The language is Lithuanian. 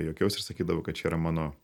juokiausi ir sakydavau kad čia yra mano